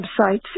websites